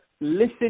listen